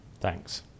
thanks